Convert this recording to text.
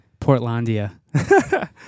Portlandia